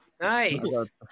Nice